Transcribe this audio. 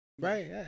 Right